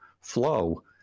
flow